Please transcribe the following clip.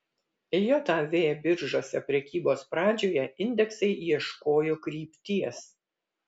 jav biržose prekybos pradžioje indeksai ieškojo krypties